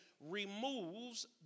removes